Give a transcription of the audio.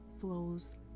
flows